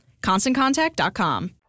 ConstantContact.com